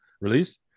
release